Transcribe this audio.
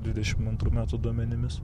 dvidešim antrų metų duomenimis